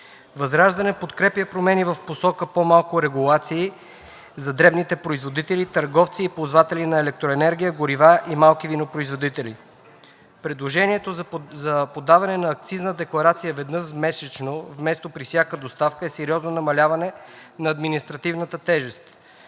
ВЪЗРАЖДАНЕ подкрепя промени в посока по-малко регулации за дребните производители, търговци и ползватели на електроенергия, горива и малки винопроизводители. Предложението за подаване на акцизна декларация веднъж месечно вместо при всяка доставка е сериозно намаляване на административната тежест.